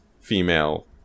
female